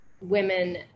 women